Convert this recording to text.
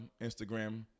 Instagram